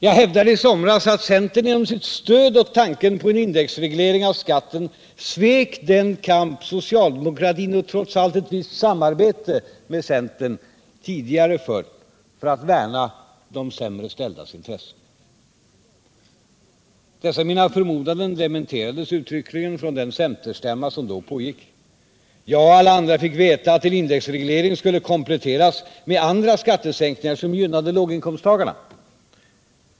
Jag hävdade i somras att centern genom sitt stöd åt tanken på en indexreglering av skatten svek den kamp socialdemokratin i, trots allt, ett visst samarbete med centern tidigare fört för att värna de sämre ställdas intressen. Dessa mina förmodanden dementerades uttryckligen på den centerstämma som då pågick. Jag och alla andra fick veta att en indexreglering skulle kompletteras med andra skattesänkningar som gynnade låginkomsttagarna.